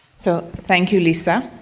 so thank you, lisa.